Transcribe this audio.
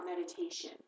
meditation